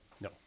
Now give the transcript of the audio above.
No